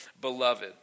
Beloved